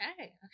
Okay